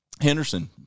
Henderson